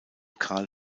carl